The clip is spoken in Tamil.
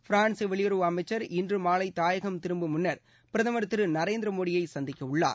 பிரான்ஸ் வெளியுறவு அமைச்சர் இன்று மாலை தாயகம் திரும்பும் முன்னர் பிரதமர் திரு நரேந்திர மோடியை சந்திப்பார்